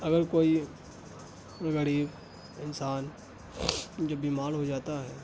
اگر کوئی غریب انسان جو بیمار ہو جاتا ہے